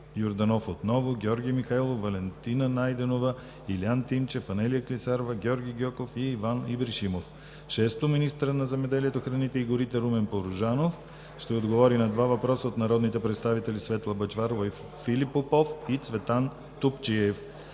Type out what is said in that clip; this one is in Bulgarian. Йорданов, Георги Михайлов, Валентина Найденова, Илиян Тимчев, Анелия Клисарова, Георги Гьоков и Иван Ибришимов. 6. Министърът на земеделието, храните и горите Румен Порожанов ще отговори на два въпроса от народните представители Светла Бъчварова; и Филип Попов и Цветан Топчиев.